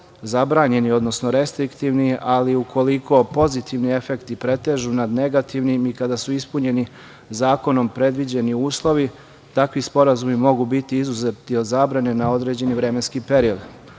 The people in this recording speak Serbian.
zabranjeni, odnosno restriktivni, ali ukoliko pozitivni efekti pretežu nad negativnim i kada su ispunjeni zakonom predviđeni uslovi, takvi sporazumi mogu biti izuzeti od zabrane na određeni vremenski period. Kao